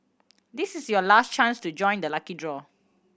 this is your last chance to join the lucky draw